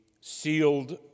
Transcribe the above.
sealed